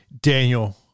Daniel